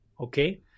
okay